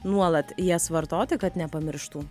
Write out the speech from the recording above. nuolat jas vartoti kad nepamirštų